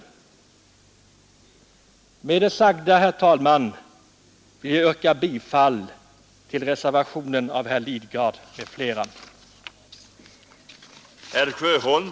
Med det sagda, herr talman, vill jag yrka bifall till reservationen av herr Lidgard m.fl. fullständig bouppteckning. Denna blankett fyller de anspråk som jag har framfört i min motion och reservation.